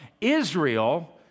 Israel